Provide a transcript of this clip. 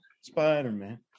Spider-Man